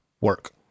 work